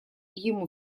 ему